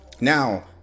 Now